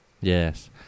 Yes